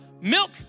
milk